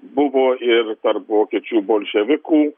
buvo ir tarp vokiečių bolševikų